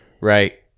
Right